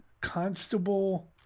Constable